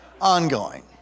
ongoing